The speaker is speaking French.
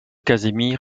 casimir